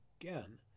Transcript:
again